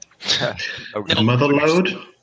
Motherload